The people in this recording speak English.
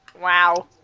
Wow